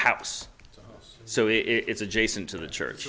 house so it's adjacent to the church